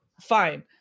fine